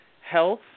health